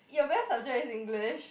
your best subject is English